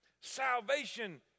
Salvation